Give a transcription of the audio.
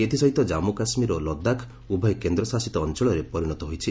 ଏଥିସହିତ ଜାମ୍ମ କାଶ୍ରୀର ଓ ଲଦାଖ୍ ଉଭୟ କେନ୍ଦ୍ରଶାସିତ ଅଞ୍ଚଳରେ ପରିଣତ ହୋଇଛି